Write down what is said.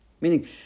Meaning